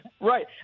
Right